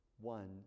one